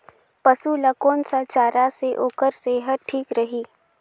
पशु ला कोन स चारा से ओकर सेहत ठीक रही?